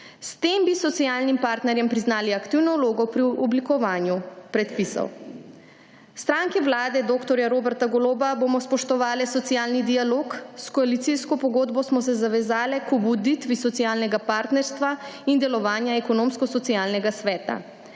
S tem bi socialnim partnerjem priznali aktivno vlogo pri oblikovanju predpisov. V stranki Vlade dr. Roberta Goloba bomo spoštovale socialni dialog, s koalicijsko pogodbo smo se zavezale k obuditvi socialnega partnerstva in delovanja Ekonomsko-socialnega sveta.